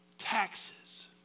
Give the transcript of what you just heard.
taxes